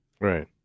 right